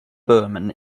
berman